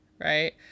right